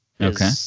Okay